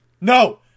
No